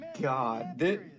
God